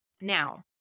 Now